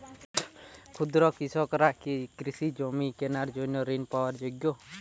ক্ষুদ্র কৃষকরা কি কৃষিজমি কেনার জন্য ঋণ পাওয়ার যোগ্য?